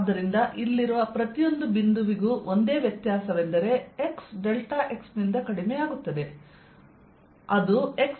ಆದ್ದರಿಂದ ಇಲ್ಲಿರುವ ಪ್ರತಿಯೊಂದು ಬಿಂದುವಿಗೂ ಒಂದೇ ವ್ಯತ್ಯಾಸವೆಂದರೆ x Δx ನಿಂದ ಕಡಿಮೆಯಾಗುತ್ತದೆ ಆದ್ದರಿಂದ ಅದು x ಮತ್ತು y ಮಾರ್ಗ 4 ರಲ್ಲಿದೆ